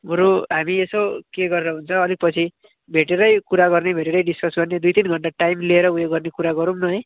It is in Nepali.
बरू हामी यसो के गरेर हुन्छ अलिक पछि भेटेरै कुरा गर्ने भेटेरै डिस्कस गर्ने दुई तिन घन्टा टाइम लिएर उयो गर्ने कुरा गरौँ न है